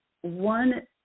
one